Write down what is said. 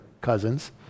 cousins